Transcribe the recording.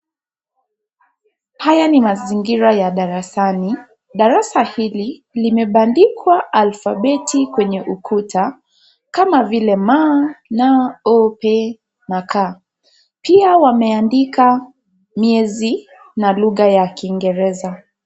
Haya ni mazingira ya darasani, darasa hili limebandikwa alfabeti kwenye ukuta kama vile m, n, o, p, na ,k, pia wameandika miezi na lugha ya kiingereza.